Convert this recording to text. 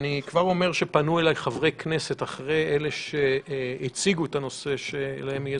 אני כבר אומר שפנו אליי חברי כנסת אחרי אלה שהציגו את הנושא שלהם תהיה